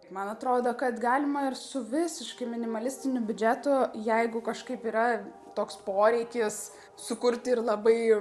man atrodo kad galima ir su visiškai minimalistiniu biudžetu jeigu kažkaip yra toks poreikis sukurti ir labai